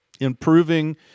Improving